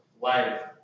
life